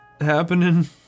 happening